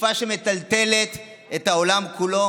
תקופה שמטלטלת את העולם כולו